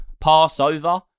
Passover